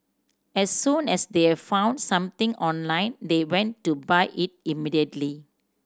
as soon as they have found something online they went to buy it immediately